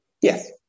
Yes